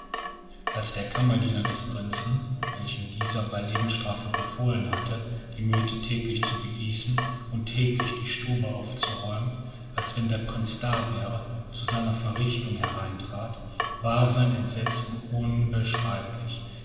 als der kammerdiener des prinzen welchem dieser bei lebensstrafe befohlen hatte die myrte täglich zu begießen und täglich die stube aufzuräumen als wenn der prinz da wäre zu seiner verrichtung hereintrat war sein entsetzen unbeschreiblich